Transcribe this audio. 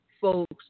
folks